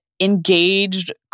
engaged